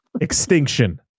extinction